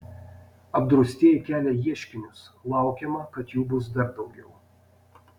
apdraustieji kelia ieškinius laukiama kad jų bus dar daugiau